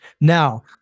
Now